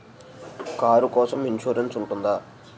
Car కోసం insurance ఉంటుందా?